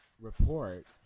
report